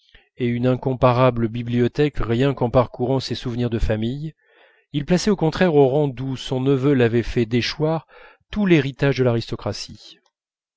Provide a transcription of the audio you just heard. et une incomparable bibliothèque rien qu'en parcourant ses souvenirs de famille il plaçait au contraire au rang d'où son neveu l'avait fait déchoir tout l'héritage de l'aristocratie